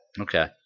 Okay